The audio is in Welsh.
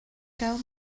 gael